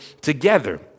together